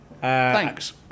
Thanks